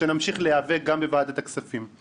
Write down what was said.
שנמשיך להיאבק גם בוועדת הכספים.